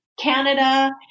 Canada